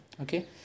Okay